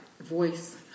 voice